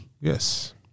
Yes